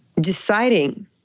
deciding